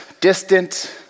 distant